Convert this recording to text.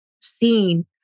seen